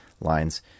lines